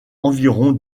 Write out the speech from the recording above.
environ